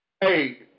Hey